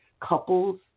couple's